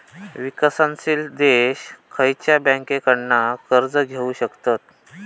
विकसनशील देश खयच्या बँकेंकडना कर्ज घेउ शकतत?